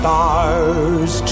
Stars